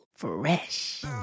fresh